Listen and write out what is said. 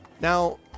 Now